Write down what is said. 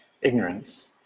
ignorance